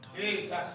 Jesus